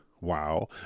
wow